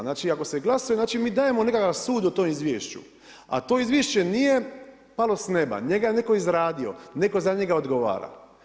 Znači ako se glasuje, znači mi dajemo nekakav sud o tom izvješću, a to izvješće nije palo s neba, njega je netko izradio, netko za njega odgovara.